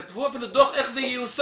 גם כתבו אפילו דו"ח איך זה ייושם,